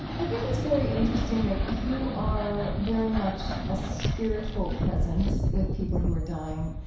i think it's very interesting that you are very much a spiritual presence with people who are dying,